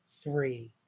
three